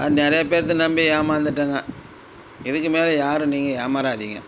நிறைய பேர்த்தை நம்பி ஏமாந்துவிட்டேங்க இதுக்கு மேல யாரும் ஏமாறாதீங்க